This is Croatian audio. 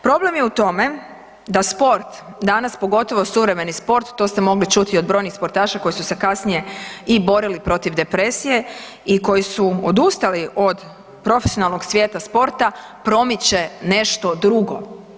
Problem je u tome da sport danas pogotovo, suvremeni sport, to ste mogli čuti od brojnih sportaša koji su se kasnije i borili protiv depresije i koji su odustali od profesionalnog svijeta sporta, promiče nešto drugo.